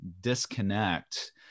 disconnect